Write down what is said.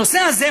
הנושא הזה,